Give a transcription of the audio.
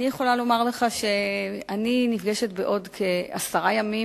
אני יכולה להגיד לך שאני נפגשת בעוד כעשרה ימים,